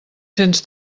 cents